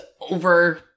over